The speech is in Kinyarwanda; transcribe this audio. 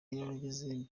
y’abagize